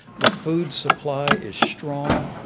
the food supply is strong.